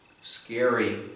scary